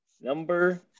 number